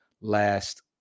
last